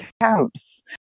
camps